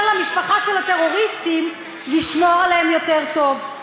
למשפחה של הטרוריסטים לשמור עליהם יותר טוב,